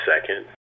second